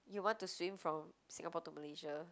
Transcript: you want to swim from Singapore to Malaysia